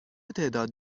تعداد